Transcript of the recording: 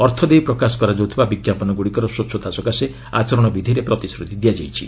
ଅର୍ଥ ଦେଇ ପ୍ରକାଶ କରାଯାଉଥିବା ବିଜ୍ଞାପନଗୁଡ଼ିକର ସ୍ୱଚ୍ଚତା ସକାଶେ ଆଚରଣ ବିଧିରେ ପ୍ରତିଶ୍ରତି ଦିଆଯାଇଛି